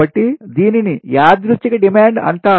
కాబట్టి దీనిని యాదృచ్చిక డిమాండ్ అంటారు